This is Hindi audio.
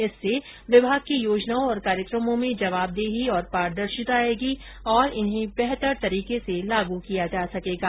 इससे विभाग की योजनाओं और कार्यक्रमों में जवाबदेही और पारदर्शिता आएगी तथा इन्हें बेहतर तरीके से लागू किया जा सकेगा